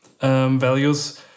values